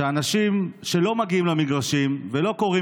ואנשים שלא מגיעים למגרשים ולא קוראים